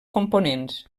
components